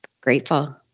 grateful